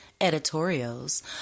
editorials